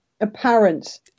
apparent